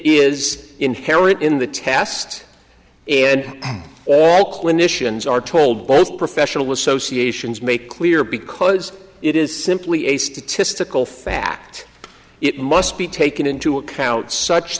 inherent in the test and all clinicians are told both professional associations make clear because it is simply a statistical fact it must be taken into account such